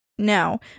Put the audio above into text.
No